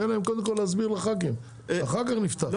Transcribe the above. תן להם קודם כל להסביר לח"כים אחר נפתח,